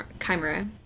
chimera